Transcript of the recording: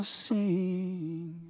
sing